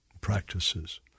practices